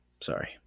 Sorry